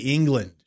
England